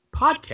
podcast